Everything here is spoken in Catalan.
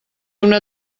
una